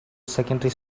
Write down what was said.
secondary